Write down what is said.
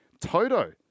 Toto